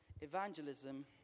evangelism